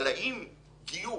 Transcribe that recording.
אבל האם גיור